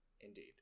Indeed